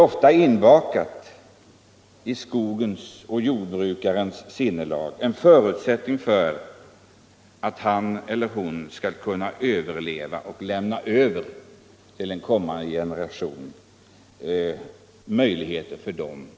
I jordoch skogsbrukarens sinne finns en önskan att ge också kommande generationer möjlighet att överleva.